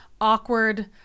awkward